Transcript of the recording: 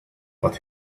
but